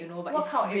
what kind of egg